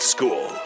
School